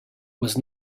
was